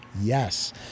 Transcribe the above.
yes